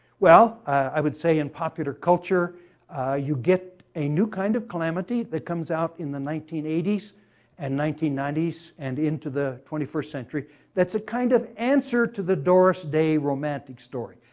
well, i would say in popular culture you get a new kind of calamity that comes out in the nineteen eighty s and nineteen ninety s and into the twenty first century that's a kind of answer to the doris day romantic story.